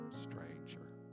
stranger